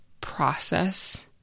process